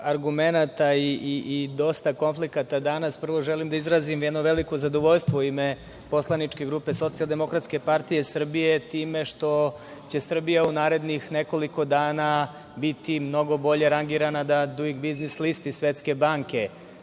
argumenata i dosta konflikata danas, prvo želim da izrazim jedno veliko zadovoljstvo u ime poslaničke grupe SDPS time što će Srbija u narednih nekoliko dana biti mnogo bolje rangirana na „duing biznis“ listi Svetske banke